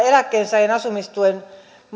eläkkeensaajan asumistukeen